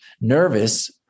nervous